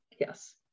Yes